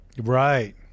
Right